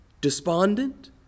despondent